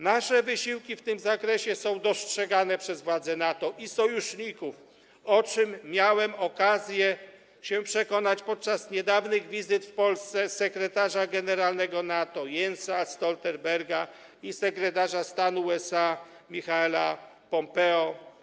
Nasze wysiłki w tym zakresie są dostrzegane przez władze NATO i sojuszników, o czym miałem okazję się przekonać podczas niedawnych wizyt w Polsce sekretarza generalnego NATO Jensa Stoltenberga i sekretarza stanu USA Michaela Pompeo.